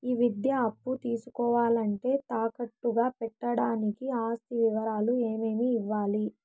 ఈ విద్యా అప్పు తీసుకోవాలంటే తాకట్టు గా పెట్టడానికి ఆస్తి వివరాలు ఏమేమి ఇవ్వాలి?